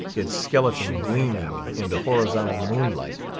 its skeleton gleaming in the horizontal moonlight,